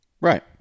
Right